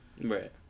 Right